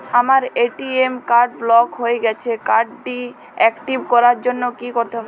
আমার ATM card block হয়ে গেছে কার্ড টি একটিভ করার জন্যে কি করতে হবে?